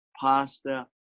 pasta